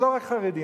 לא רק חרדים,